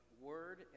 word